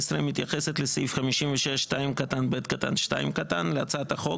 מתייחסת לסעיף 56(2)(ב)(2) להצעת החוק.